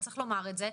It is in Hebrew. וצריך לומר את זה.